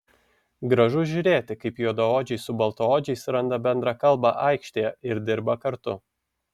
gražu žiūrėti kaip juodaodžiai su baltaodžiais randa bendrą kalbą aikštėje ir dirba kartu